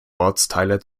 ortsteile